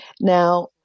Now